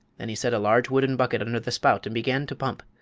then he set a large wooden bucket under the spout and began to pump.